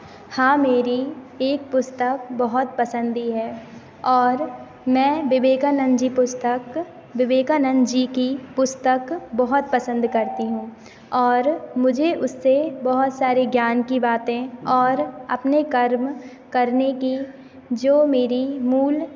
हाँ मेरी एक पुस्तक बहुत पसंदी है और मैं विवेकानंद जी पुस्तक विवेकानंद जी की पुस्तक बहुत पसंद करती हूँ और मुझे उससे बहुत सारी ज्ञान की बातें और अपने कर्म करने की जो मेरी मूल